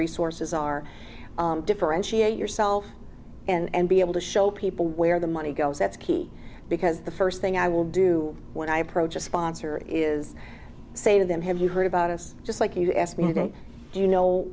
resources are differentiate yourself and be able to show people where the money goes that's key because the first thing i will do when i approach a sponsor is say to them have you heard about us just like you asked me to do you know